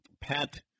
Pat